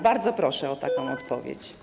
Bardzo proszę o taką odpowiedź.